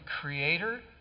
Creator